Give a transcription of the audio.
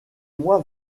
moi